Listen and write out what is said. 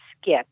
skip